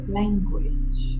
language